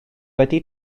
wedi